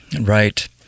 Right